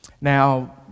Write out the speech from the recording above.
Now